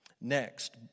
Next